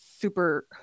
super